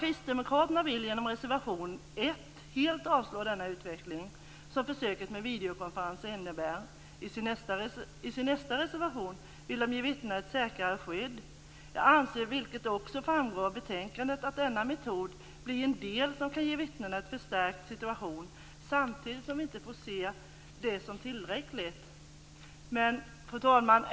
Kristdemokraterna vill i reservation 1 helt avslå förslaget till denna utveckling som försöket med videokonferenser innebär. I Kristdemokraternas nästa reservation vill de ge vittnen säkrare skydd. Jag anser - vilket också framgår av betänkandet - att denna metod blir en del som kan ge vittnena en förstärkt situation, samtidigt som vi inte får se detta som tillräckligt. Fru talman!